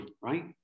right